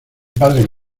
padre